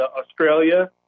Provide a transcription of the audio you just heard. Australia